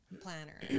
planner